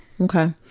Okay